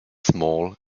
small